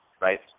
right